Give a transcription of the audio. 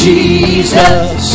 Jesus